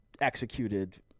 executed